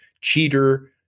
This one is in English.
cheater